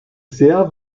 sehr